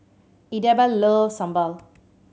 Idabelle loves sambal